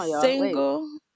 single